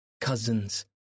cousins